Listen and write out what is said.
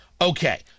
Okay